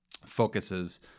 focuses